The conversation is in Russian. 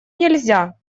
нельзя